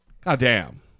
goddamn